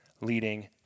leading